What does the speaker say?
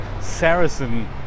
Saracen